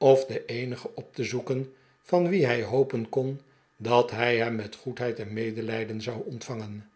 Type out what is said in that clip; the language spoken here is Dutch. of den eenige op te zoeken van wien hij hopen kon dat hij hem met goedheid en medelijden zou ontvangen